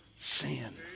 sin